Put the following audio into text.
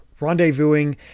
rendezvousing